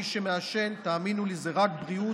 מי שמעשן, תאמינו לי, זה רק בריאות.